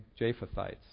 Japhethites